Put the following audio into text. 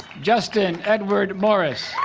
justin edward morris